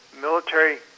military